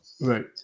right